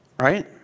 Right